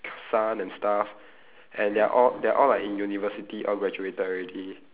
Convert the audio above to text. son and stuff and they are all they're all like in university all graduated already